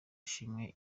ashimwe